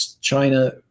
China